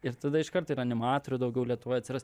ir tada iškart ir animatorių daugiau lietuvoj atsiras